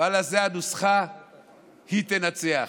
ואללה, זאת הנוסחה, היא תנצח.